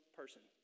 person